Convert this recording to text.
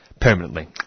Permanently